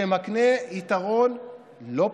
שמקנה יתרון לא פרופורציונלי,